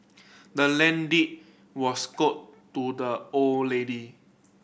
the land deed was to the old lady